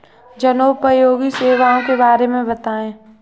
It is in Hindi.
जनोपयोगी सेवाओं के बारे में बताएँ?